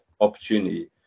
opportunity